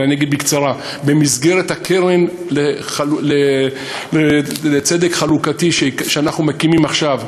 אבל אני אגיד בקצרה: במסגרת הקרן לצדק חלוקתי שאנחנו מקימים עכשיו,